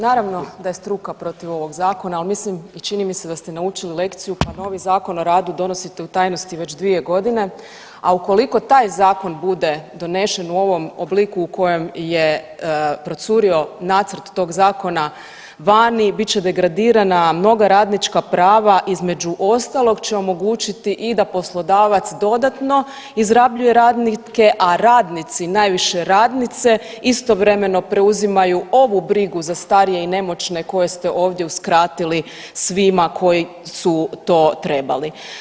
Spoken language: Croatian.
Naravno da je struka protiv ovog zakona, ali mislim i čini mi se da ste naučili lekciju pa novi Zakon o radu donosite u tajnosti već 2 godine, a ukoliko taj zakon bude donesen u ovom obliku u kojem je procurio nacrt tog zakona vani bit će degradirana mnoga radnička prava, između ostalog će omogućiti i da poslodavac dodatno izrabljuje radnike, a radnici, najviše radnice istovremeno preuzimaju ovu brigu za starije i nemoćne koje ste ovdje uskratili svima koji su to trebali.